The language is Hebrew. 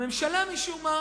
הממשלה, משום מה